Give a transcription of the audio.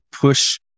push